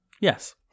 Yes